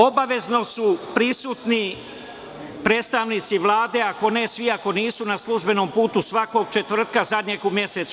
Obavezno su prisutni predstavnici Vlade, ako ne svi, ako nisu na službenom putu, svakog četvrtka zadnjeg u mesecu.